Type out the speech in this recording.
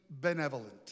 benevolent